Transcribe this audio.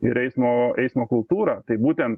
ir eismo eismo kultūrą tai būtent